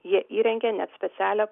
jie įrengė net specialią